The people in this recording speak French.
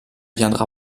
viendra